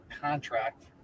contract